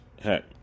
heck